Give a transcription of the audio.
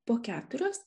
po keturias